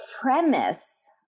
premise